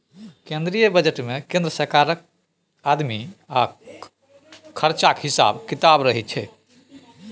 केंद्रीय बजट मे केंद्र सरकारक आमदनी आ खरचाक हिसाब किताब रहय छै